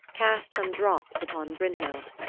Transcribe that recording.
cast some drops upon brynhild.